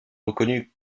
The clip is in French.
reconnues